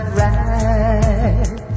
right